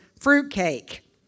fruitcake